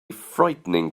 frightening